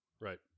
Right